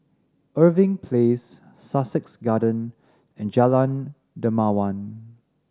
Irving Place Sussex Garden and Jalan Dermawan